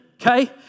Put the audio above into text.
Okay